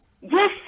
Yes